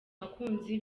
abakunzi